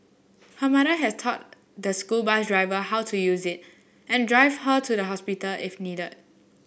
her mother has taught the school bus driver how to use it and drive her to the hospital if needed